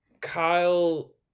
Kyle